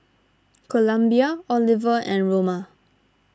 Columbia Oliver and Roma